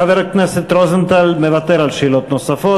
חבר הכנסת רוזנטל מוותר על שאלות נוספות.